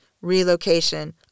relocation